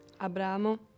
Abramo